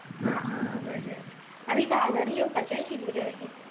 आं आं बरें बरें आमी धा जाण येवपाचें आशिल्ले रे